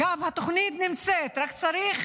אגב, התוכנית נמצאת, רק צריך